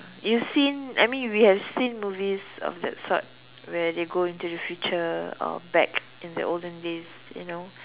you've seen I mean we have seen movies of that sort where they go into the future or back in the olden days you know